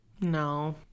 No